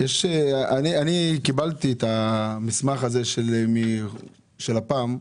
אני קיבלתי את המסמך של לפ"מ,